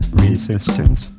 resistance